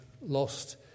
lost